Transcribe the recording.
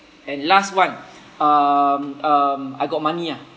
and last one um um I got money ah